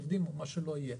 לעובדים או למה שלא יהיה.